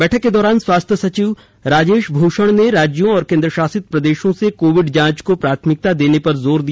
बैठक के दौरान स्वास्थ्य सचिव राजेश भूषण ने राज्यों और केंद्रशासित प्रदेशों से कोविड जांच को प्राथमिकता देने पर जोर दिया